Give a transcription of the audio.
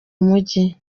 mujyi